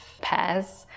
pairs